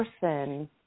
person